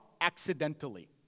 accidentally